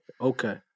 Okay